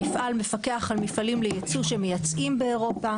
המפעל מפקח על מפעלים לייצור שמייצאים באירופה.